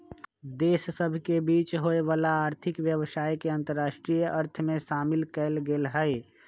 देश सभ के बीच होय वला आर्थिक व्यवसाय के अंतरराष्ट्रीय अर्थ में शामिल कएल गेल हइ